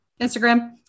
instagram